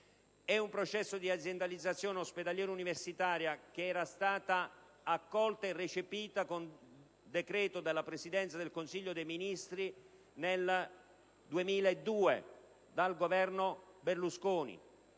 è un processo di aziendalizzazione ospedaliera universitaria già accolto e recepito con decreto della Presidenza del Consiglio dei ministri nel 2002 dal Governo Berlusconi;